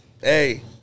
Hey